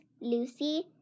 Lucy